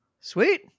Sweet